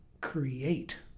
create